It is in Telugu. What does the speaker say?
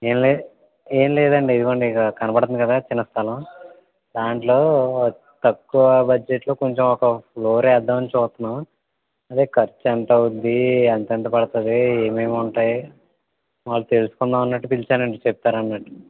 ఏంలే ఏం లేదండి ఇదిగోండి ఇగో కనపడుతోంది కదా చిన్న స్థలం దాంట్లో తక్కువ బడ్జెట్లో కొంచం ఒక ఫ్లోర్ వేద్దామని చూస్తున్నాం అదే ఖర్చు ఎంత అవుతుంది ఎంతెంత పడుతుంది ఏమేమి ఉంటాయి తెలుసుకుందాం అన్నట్టు పిలిచానండి చెప్తారన్నట్టు